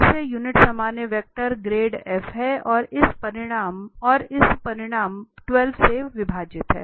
फिर से यूनिट सामान्य वेक्टर ग्रेड f है और इस परिमाण 12 से विभाजित है